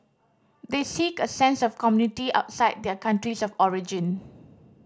they seek a sense of community outside their countries of origin